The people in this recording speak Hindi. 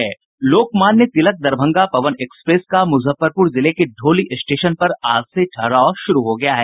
लोकमान्य तिलक दरभंगा पवन एक्सप्रेस का मूजफ्फरपूर जिले के ढोली स्टेशन पर आज से ठहराव शुरू हो गया है